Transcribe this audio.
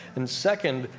and second,